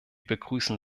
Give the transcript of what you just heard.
begrüßen